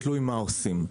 כתלות במה שעושים,